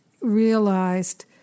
realized